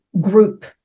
group